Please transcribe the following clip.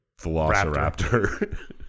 velociraptor